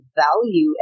value